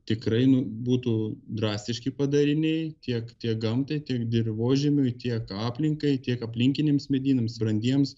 tikrai nu būtų drastiški padariniai tiek tiek gamtai tiek dirvožemiui tiek aplinkai tiek aplinkiniams medynams brandiems